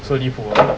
so 离谱 ah